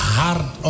hard